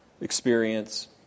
experience